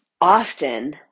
often